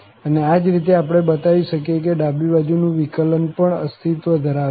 અને આ જ રીતે આપણે બતાવી શકીએ કે ડાબી બાજુ નું વિકલન પણ અસ્તિત્વ ધરાવે છે